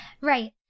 Right